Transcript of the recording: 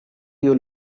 you